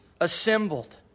assembled